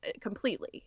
completely